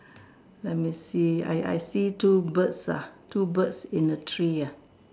let me see I I see two birds ah two birds in the tree ah